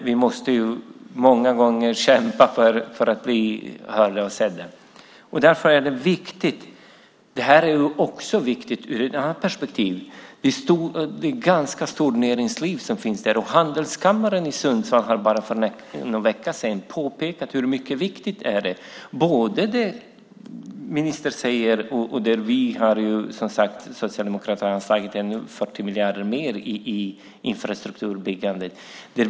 Vi måste många gånger kämpa för att bli hörda och sedda. Det är viktigt också ur ett annat perspektiv. Det finns ett ganska stort näringsliv i regionen. Handelskammaren i Sundsvall har bara för någon vecka sedan påpekat hur viktigt det ministern säger är, och Socialdemokraterna har som sagt anslagit 40 miljarder mer i infrastrukturbyggande.